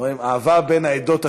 אהבה בין העדות השונות.